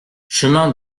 chemin